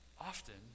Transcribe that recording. Often